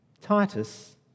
Titus